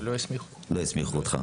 לא הסמיכו אותי.